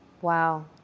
wow